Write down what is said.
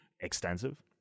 extensive